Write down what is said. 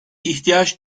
ihtiyaç